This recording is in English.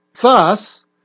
Thus